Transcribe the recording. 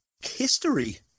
history